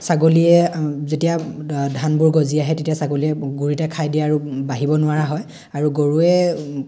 ছাগলীয়ে যেতিয়া ধানবোৰ গজি আহে তেতিয়া ছাগলীয়ে গুৰিতে খাই দিয়ে আৰু বাঢ়িব নোৱাৰা হয় আৰু গৰুৱে